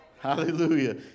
Hallelujah